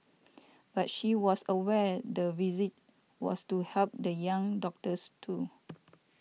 but she was aware the visit was to help the young doctors too